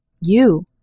You